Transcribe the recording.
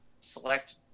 select